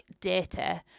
data